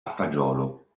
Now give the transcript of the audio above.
fagiolo